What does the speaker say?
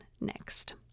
next